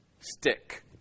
stick